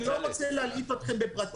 אני לא רוצה להלאות אתכם בפרטים,